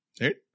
Right